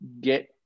get